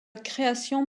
création